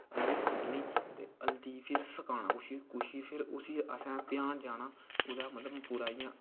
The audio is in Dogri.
हल्दी खुंडनी ते हल्दी गी फिर सकाना कुछ गी फिर उस्सी असें प्यान जाना ओह्दा मतलब पूरा इ'यां